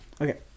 Okay